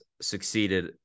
succeeded